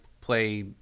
play